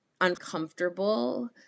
uncomfortable